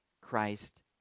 Christ